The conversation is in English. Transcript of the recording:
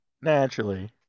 Naturally